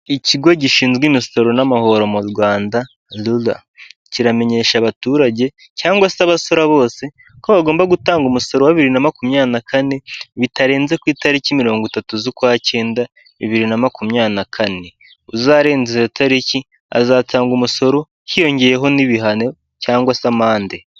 Ikigo gishinzwe imisoro n'amahoro mu Rwanda, RRA, kiramenyesha abaturage cyangwa se abasora bose ko bagomba gutanga umusoro wa bibiri na makumyabiri na kane bitarenze ku itariki mirongo itatu z'ukwa kenda bibiri na makumya na kane, uzarenza iyo tariki azatanga umusoro hiyongeyeho n'ibihano cyangwa se amande.